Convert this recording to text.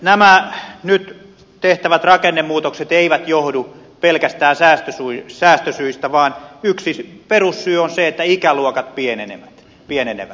nämä nyt tehtävät rakennemuutokset eivät johdu pelkästään säästösyistä vaan yksi perussyy on se että ikäluokat pienenevät